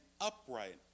upright